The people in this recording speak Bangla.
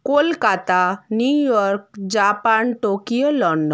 Kolkata New York Japan Tokyo London